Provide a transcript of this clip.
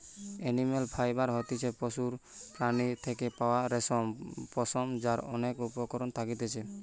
animal fibre হতিছে পশুর প্রাণীর থেকে পাওয়া রেশম, পশম যার অনেক উপকরণ থাকতিছে